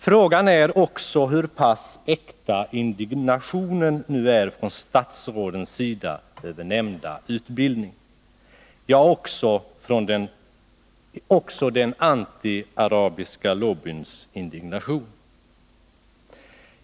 Frågan är också hur pass äkta indignationen nu är från statsrådens sida över nämnda utbildning — ja, också hur pass äkta den antiarabiska lobbyns indignation är.